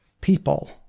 people